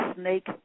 snake